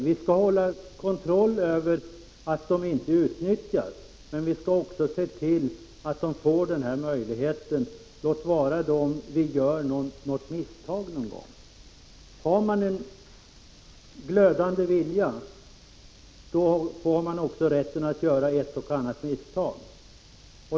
Vi skall hålla kontroll över att de inte utnyttjas— O.K. men vi skall också se till att de får den här möjligheten, även med risk för att vi gör något misstag någon gång. Har man en glödande vilja har man också rätt att göra ett och annat misstag.